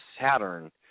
Saturn